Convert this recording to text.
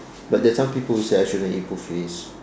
but there are some people who say I shouldn't eat buffets